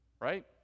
Right